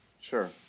sure